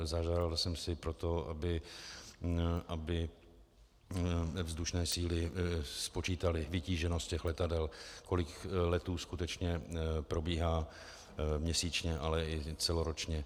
Zažádal jsem si proto, aby vzdušné síly spočítaly vytíženost těch letadel, kolik letů skutečně probíhá měsíčně, ale i celoročně.